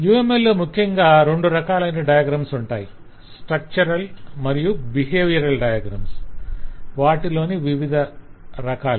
UML లో ముఖ్యంగా రెండు రకాలైన డయాగ్రమ్స్ ఉంటాయి స్ట్రక్చరల్ మరియు బిహేవియర్ డయాగ్రమ్స్ వాటిలోని వివధ రకాలు